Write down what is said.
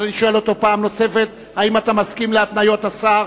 ואני שואל אותו פעם נוספת: האם אתה מסכים להתניות השר?